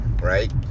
right